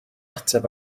ateb